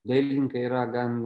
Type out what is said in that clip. dailininkai yra gan